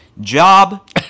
job